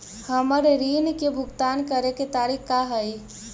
हमर ऋण के भुगतान करे के तारीख का हई?